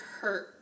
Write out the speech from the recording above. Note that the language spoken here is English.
hurt